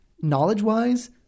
knowledge-wise